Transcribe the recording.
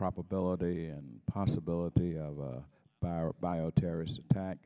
probability and possibility of our bioterrorism attack